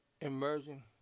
emerging